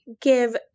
give